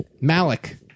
malik